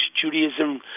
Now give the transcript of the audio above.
Judaism